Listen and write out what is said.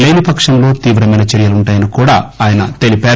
లేని పక్షంలో తీవ్రమైన చర్యలుంటాయని కూడా ఆయన తెలిపారు